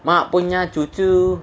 mak punya cucu